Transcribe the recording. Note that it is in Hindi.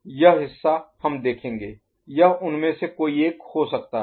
यह हिस्सा हम देखेंगे यह उनमें से कोई एक हो सकता है